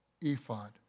ephod